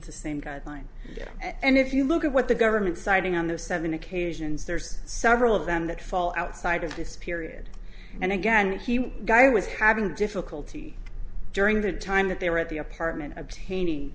the same guideline and if you look at what the government siting on those seven occasions there's several of them that fall outside of this period and again guy was having difficulty during the time that they were at the apartment obtaining